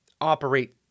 operate